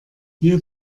hier